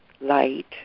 light